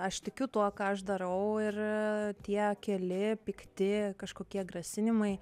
aš tikiu tuo ką aš darau ir tie keli pikti kažkokie grasinimai